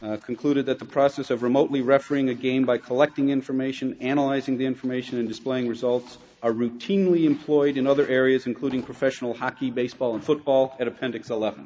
concluded that the process of remotely refereeing a game by collecting information analyzing the information in displaying results are routinely employed in other areas including professional hockey baseball and football at appendix eleven